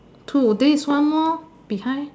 two there is one more behind